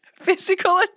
Physical